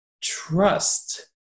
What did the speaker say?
trust